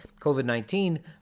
COVID-19